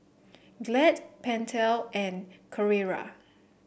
Glad Pentel and Carrera